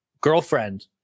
girlfriend